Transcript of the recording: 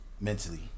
mentally